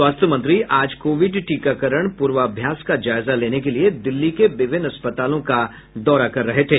स्वास्थ्य मंत्री आज कोविड टीकाकरण पूर्वाभ्यास का जायजा लेने के लिए दिल्ली के विभिन्न अस्पतालों का दौरा कर रहे थे